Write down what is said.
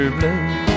Blue